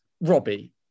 Robbie